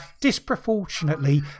disproportionately